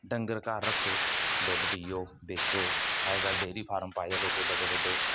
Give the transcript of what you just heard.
डंगर घर रक्खो दुद्ध पिओ बेचो अज्जकल डेयरी फार्म पाए दे लोकें बड्डे बड्डे